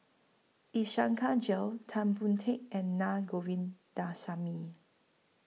Iskandar Jalil Tan Boon Teik and Na Govindasamy